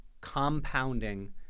compounding